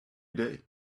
day